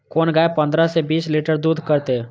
कोन गाय पंद्रह से बीस लीटर दूध करते?